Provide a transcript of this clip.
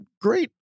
great